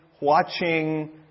watching